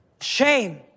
Shame